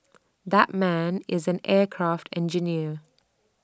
that man is an aircraft engineer